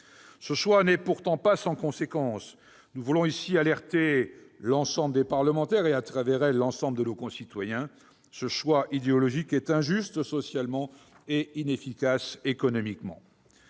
Ce choix n'est pourtant pas sans conséquences. Nous voulons, ici, alerter l'ensemble des parlementaires et, à travers eux, l'ensemble de nos concitoyens. Ce choix idéologique est injuste socialement et inefficace économiquement.